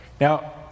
Now